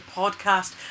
podcast